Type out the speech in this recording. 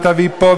ותביא פה,